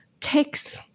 takes